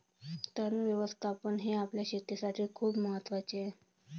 तण व्यवस्थापन हे आपल्या शेतीसाठी खूप महत्वाचे आहे